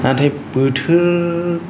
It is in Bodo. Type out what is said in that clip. नाथाय बोथोर